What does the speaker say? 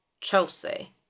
Chelsea